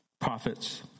Prophets